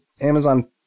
Amazon